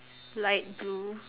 light blue